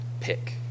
Pick